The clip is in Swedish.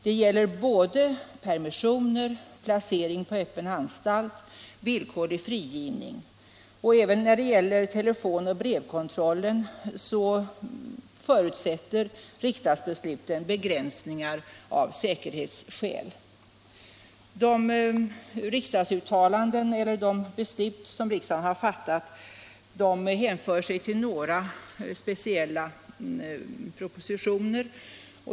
Det gäller både permissioner, placering på öppna anstalter och villkorlig frigivning. Även för telefon och brevkontrollen förutsätter riksdagsbesluten begränsningar av säkerhetsskäl. De beslut som riksdagen har fattat hänför sig till några speciella propositioner.